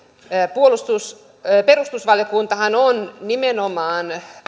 perustuslakivaliokuntahan on nimenomaan